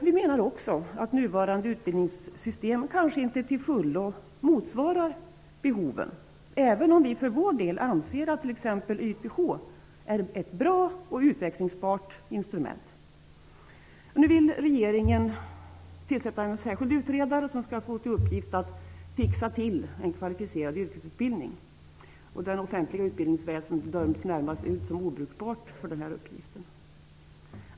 Vi menar också att nuvarande utbildningssystem kanske inte till fullo motsvarar behoven, även om vi för vår del anser att t.ex. YTH är ett bra och utvecklingsbart instrument. Nu vill regeringen tillsätta en särskild utredare, som skall få till uppgift att fixa till en kvalificerad yrkesutbildning. Det offentliga utbildningsväsendet närmast döms ut som obrukbart för den uppgiften.